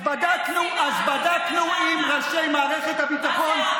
אז בדקנו עם ראשי מערכת הביטחון,